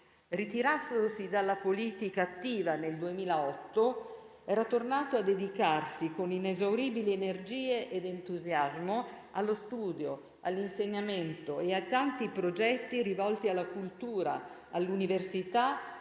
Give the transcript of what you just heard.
Ritiratosi dalla politica attiva nel 2008, era tornato a dedicarsi con inesauribili energie ed entusiasmo allo studio, all'insegnamento e ai tanti progetti rivolti alla cultura, all'università e alla vita